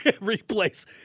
replace